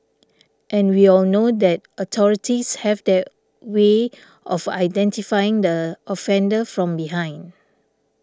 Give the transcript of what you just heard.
and we all know that authorities have their way of identifying the offender from behind